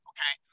Okay